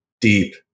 deep